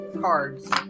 cards